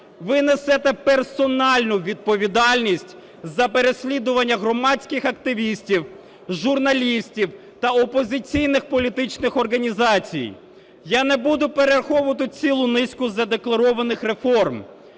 Ви несете персональну відповідальність за переслідування громадських активістів, журналістів та опозиційних політичних організацій. Я не буду перераховувати цілу низку задекларованих реформ,